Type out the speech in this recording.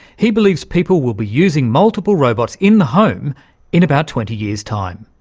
he believes people will be using multiple robots in the home in about twenty years time,